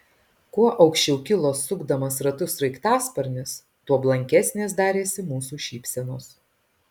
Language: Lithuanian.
kuo aukščiau kilo sukdamas ratus sraigtasparnis tuo blankesnės darėsi mūsų šypsenos